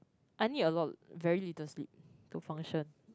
I need a lot very little sleep to function